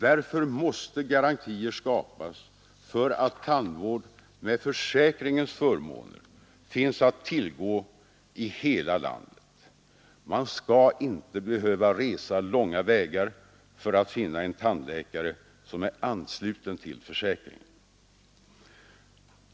Därför måste garantier skapas för att tandvård med försäkringens förmåner finns att tillgå i hela landet. Man skall inte behöva resa långa vägar för att finna en tandläkare som är ansluten till försäkringen.